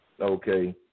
okay